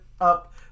up